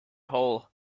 hole